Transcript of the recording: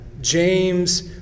James